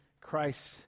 Christ